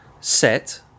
set